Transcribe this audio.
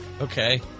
Okay